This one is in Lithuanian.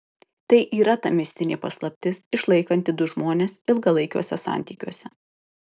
tai yra ta mistinė paslaptis išlaikanti du žmones ilgalaikiuose santykiuose